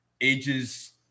ages